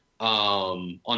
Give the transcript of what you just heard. On